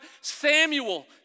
Samuel